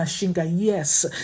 Yes